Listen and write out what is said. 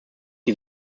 die